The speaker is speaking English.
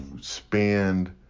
spend